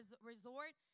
resort